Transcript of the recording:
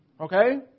Okay